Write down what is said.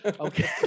Okay